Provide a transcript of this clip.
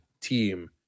team